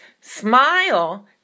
smile